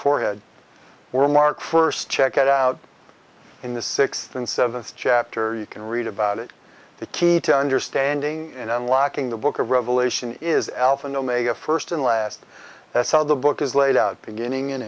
forehead were marked first check it out in the sixth and seventh chapter you can read about it the key to understanding in unlocking the book of revelation is alpha and omega first and last that's how the book is laid out beginning